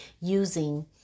using